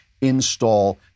install